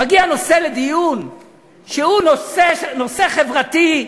מגיע לדיון נושא שהוא נושא חברתי.